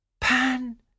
Pan